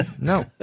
no